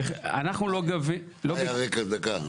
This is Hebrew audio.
מה היה הרקע להחלטה?